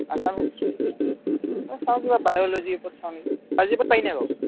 Assam history এই চাওঁ কিবা বায়'লজী ওপৰত চাওঁ নেকি বায়'লজি ওপৰত পাৰি নাই বাৰু